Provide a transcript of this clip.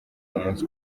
umunsi